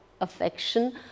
affection